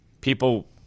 people